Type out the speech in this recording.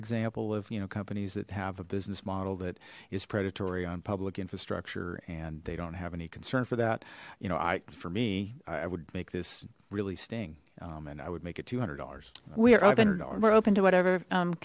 example of you know companies that have a business model that is predatory on public infrastructure and they don't have any concern for that you know i for me i would make this really sting and i would make it two hundred dollars we're we're open to whatever